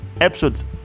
episodes